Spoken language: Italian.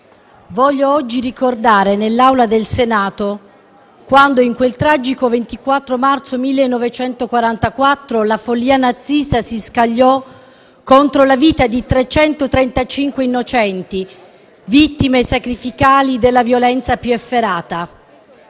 voglio oggi ricordare nell'Aula del Senato quel tragico 24 marzo 1944, quando la follia nazista si scagliò contro la vita di 335 innocenti, vittime sacrificali della violenza più efferata.